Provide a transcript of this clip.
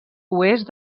oest